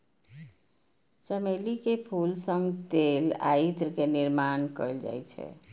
चमेली के फूल सं तेल आ इत्र के निर्माण कैल जाइ छै